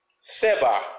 Seba